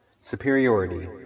Superiority